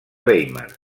weimar